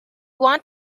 want